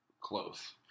close